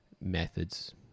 methods